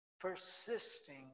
persisting